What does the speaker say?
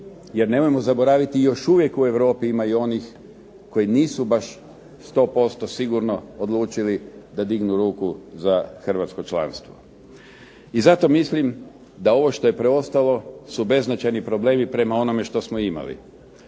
jer nemojmo zaboraviti još uvijek u Europi ima i onih koji nisu baš 100% sigurno odlučili da dignu ruku za hrvatsko članstvo. I zato mislim da je ovo što je preostalo su beznačajni problemi prema onome što smo imali.